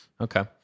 okay